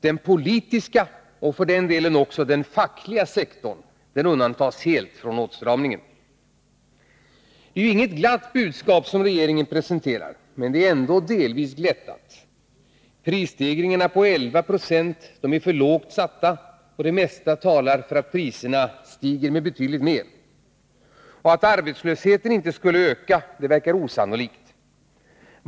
Den politiska och för den delen också den fackliga sektorn undantas helt från åtstramningen. Det är inget glatt budskap regeringen presenterar. Men det är ändå delvis glättat. Prisstegringarna på 11 90 är för lågt satta. Det mesta talar för att priserna stiger med betydligt mer. Att arbetslösheten inte skulle öka verkar osannolikt.